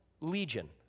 legion